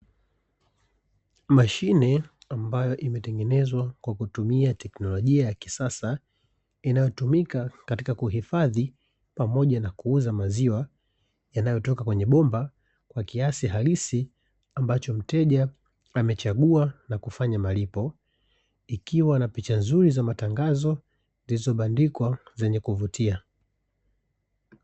Mashine ambayo imetengenezwa kwa kutumia teknolojia ya kisasa, inayotumika katika kuhifadhi pamoja na kuuza maziwa, yanayotoka kwenye bomba kwa kiasi halisi, ambacho mteja amechagua na kufanya malipo. Ikiwa na picha nzuri za matangazo zilizobandikwa zenye kuvutia.